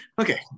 Okay